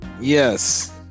Yes